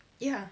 ya